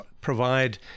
provide